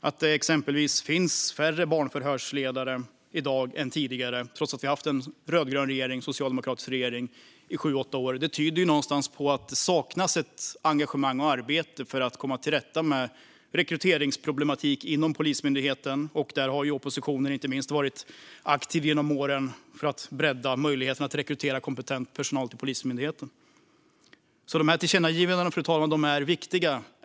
Att det exempelvis finns färre barnförhörsledare i dag än tidigare, trots att vi har haft en rödgrön eller socialdemokratisk regering i sju åtta år, tyder på att det saknas ett engagemang och ett arbete för att komma till rätta med rekryteringsproblematiken inom Polismyndigheten. Där har ju oppositionen inte minst varit aktiv genom åren för att bredda möjligheterna att rekrytera kompetent personal till Polismyndigheten. De här tillkännagivandena är viktiga, fru talman.